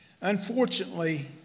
Unfortunately